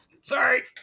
sorry